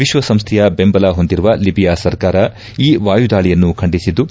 ವಿಪ್ಪಸಂಸ್ಥೆಯ ಬೆಂಬಲ ಹೊಂದಿರುವ ಲಿಬಿಯಾ ಸರ್ಕಾರ ಈ ವಾಯುದಾಳಯನ್ನು ಖಂಡಿಸಿದ್ದು